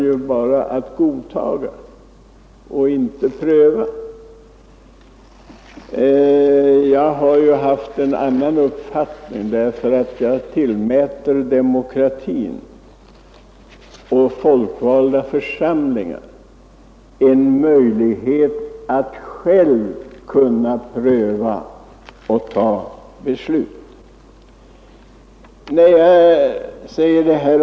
Jag har haft en annan uppfattning därför att jag tillmäter demokrati och folkvalda församlingar stor betydelse. Jag har ansett att riksdagen skall ha möjlighet att själv pröva och fatta beslut.